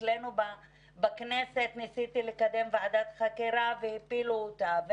אצלנו בכנסת ניסיתי לקדם ועדת חקירה אבל הפילו אותה.